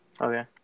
Okay